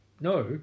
No